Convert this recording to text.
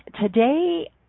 today